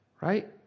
Right